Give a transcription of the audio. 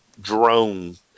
drone